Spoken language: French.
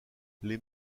les